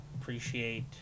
Appreciate